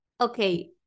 Okay